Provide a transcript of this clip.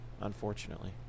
unfortunately